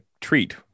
treat